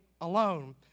alone